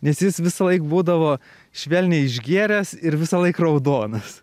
nes jis visąlaik būdavo švelniai išgėręs ir visąlaik raudonas